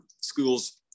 schools